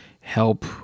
help